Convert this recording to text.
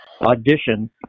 audition